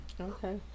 Okay